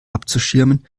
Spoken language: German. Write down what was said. abzuschirmen